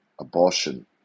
abortion